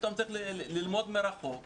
פתאום צריך ללמוד מרחוק